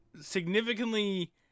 significantly